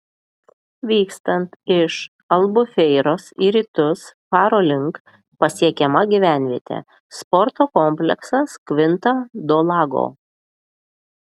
vykstant iš albufeiros į rytus faro link pasiekiama gyvenvietė sporto kompleksas kvinta do lago